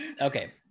Okay